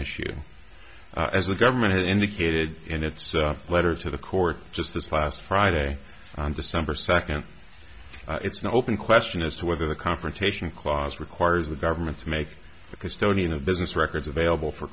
issue as the government has indicated in its letter to the court just this last friday on december second it's not open question as to whether the confrontation clause requires the government to make the custodian of business records available for